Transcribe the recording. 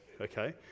okay